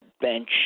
bench